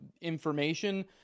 information